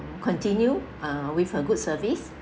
continue uh with a good service